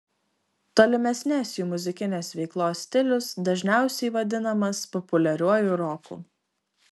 tolimesnės jų muzikinės veiklos stilius dažniausiai vadinamas populiariuoju roku